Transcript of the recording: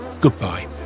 goodbye